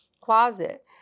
closet